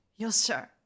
yosh